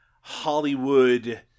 Hollywood